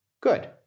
Good